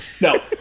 No